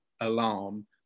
alarm